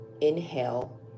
inhale